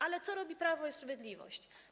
Ale co robi Prawo i Sprawiedliwość?